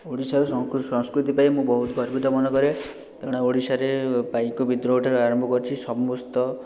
ଓଡ଼ିଶାର ସଂସ୍କୃତି ପାଇଁ ମୁଁ ବହୁତ ଗର୍ବିତ ମନେକରେ ତେଣୁ ଓଡ଼ିଶାରେ ପାଇକ ବିଦ୍ରୋହଠାରୁ ଆରମ୍ଭ କରିଛି ସମସ୍ତ